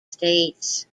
states